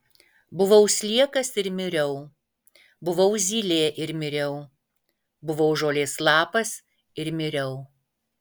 buvau sliekas ir miriau buvau zylė ir miriau buvau žolės lapas ir miriau